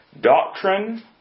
Doctrine